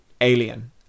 alien